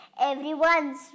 Everyone's